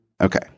Okay